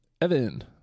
Evan